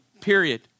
period